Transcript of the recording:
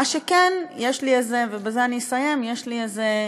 מה שכן, ובזה אני אסיים, יש לי איזו